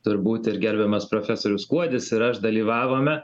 turbūt ir gerbiamas profesorius kuodis ir aš dalyvavome